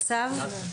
מיידי.